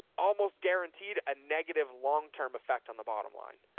almost guaranteed, a negative long-term effect on the bottom line.